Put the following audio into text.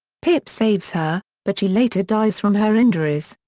pip saves her, but she later dies from her injuries.